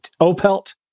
Opelt